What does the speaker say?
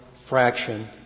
fraction